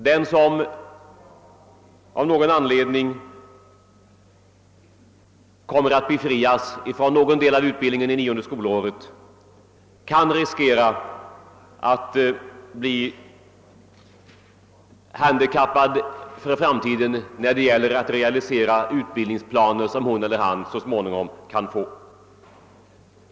Den som av någon anledning kommer att befrias från en del av utbildningen under nionde skolåret kan riskera att bli handikappad för framtiden när det gäller möjligheterna att realisera utbildningsplaner som han eller hon så småningom kan få.